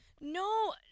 No